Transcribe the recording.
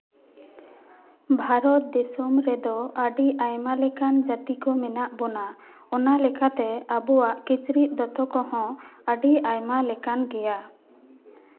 ᱵᱷᱟᱨᱚᱛ ᱫᱤᱥᱚᱢ ᱨᱮᱫᱚ ᱟᱹᱰᱤ ᱟᱭᱢᱟ ᱞᱮᱠᱟᱱ ᱡᱟᱹᱛᱤ ᱠᱚ ᱢᱮᱱᱟᱜ ᱵᱚᱱᱟ ᱚᱱᱟ ᱞᱮᱠᱟᱛᱮ ᱟᱵᱚᱣᱟᱜ ᱠᱤᱪᱨᱤᱡ ᱫᱚᱛᱚ ᱠᱚᱦᱚᱸ ᱟᱹᱰᱤ ᱟᱭᱢᱟ ᱞᱮᱠᱟᱱ ᱜᱮᱭᱟ